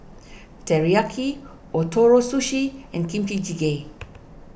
Teriyaki Ootoro Sushi and Kimchi Jjigae